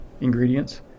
ingredients